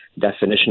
definition